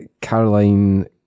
Caroline